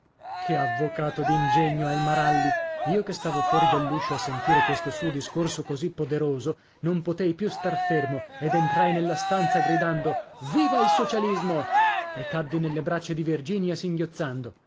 che avvocato d'ingegno è il maralli io che stavo fuori dell'uscio a sentire questo suo discorso così poderoso non potei più star fermo ed entrai nella stanza gridando viva il socialismo e caddi nelle braccia di virginia singhiozzando